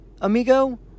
amigo